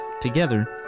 Together